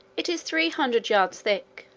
it is three hundred yards thick.